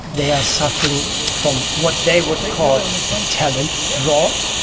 they are suffering from what they would call a talent drought.